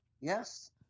Yes